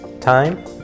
time